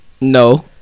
No